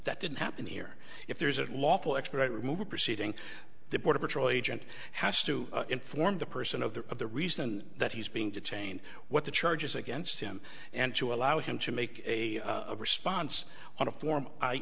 that didn't happen here if there is a lawful expedited removal proceeding the border patrol agent has to inform the person of the of the reason that he's being detained what the charges against him and to allow him to make a response on a for